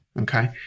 Okay